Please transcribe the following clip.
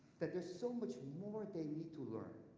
that there's so much more they need to learn.